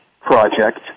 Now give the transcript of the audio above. Project